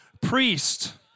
priest